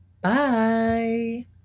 Bye